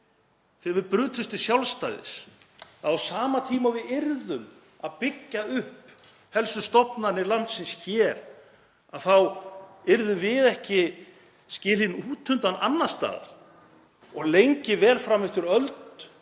þegar við brutumst til sjálfstæðis, að á sama tíma og við yrðum að byggja upp helstu stofnanir landsins hér þá yrði fólk ekki skilið út undan annars staðar. Lengi vel fram eftir öld